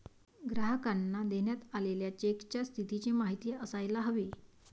ग्राहकांना देण्यात आलेल्या चेकच्या स्थितीची माहिती असायला हवी